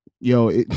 Yo